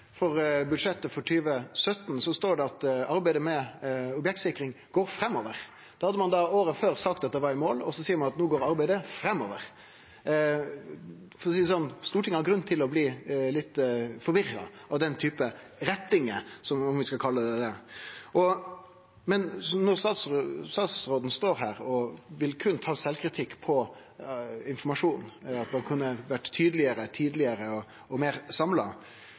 I budsjettet for 2017 står det at arbeidet med objektsikring går framover. Året før hadde ein sagt at ein var i mål, og så seier ein at no går arbeidet framover. For å seie det slik: Stortinget har grunn til å bli litt forvirra av den typen rettingar, om vi kan kalle det det. Statsministeren står her no og vil berre ta sjølvkritikk på informasjonen og at ein kunne vore tydlegare tidlegare og meir samla.